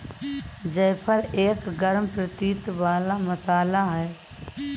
जायफल एक गरम प्रवृत्ति वाला मसाला है